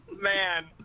Man